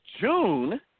June